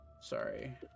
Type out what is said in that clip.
Sorry